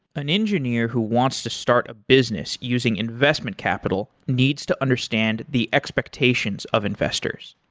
an engineer who wants to start a business using investment capital needs to understand the expectations of investors.